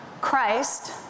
Christ